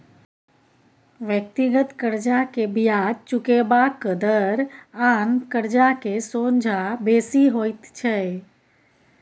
व्यक्तिगत कर्जा के बियाज चुकेबाक दर आन कर्जा के सोंझा बेसी होइत छै